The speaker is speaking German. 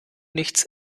nichts